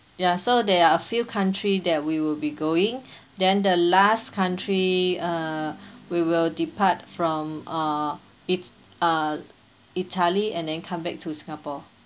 ya so there are a few country that we will be going then the last country uh we will depart from uh it's uh italy and then come back to singapore